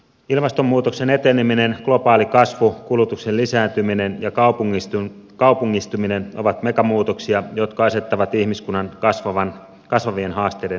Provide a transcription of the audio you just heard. ilmastonmuutoksen eteneminen globaali kasvu kulutuksen lisääntyminen ja kaupungistuminen ovat megamuutoksia jotka asettavat ihmiskunnan kasvavien haasteiden eteen